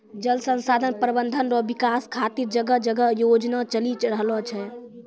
जल संसाधन प्रबंधन रो विकास खातीर जगह जगह योजना चलि रहलो छै